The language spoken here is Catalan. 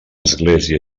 església